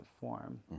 form